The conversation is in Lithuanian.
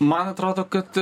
man atrodo kad